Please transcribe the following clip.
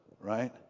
right